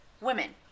women